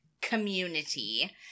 community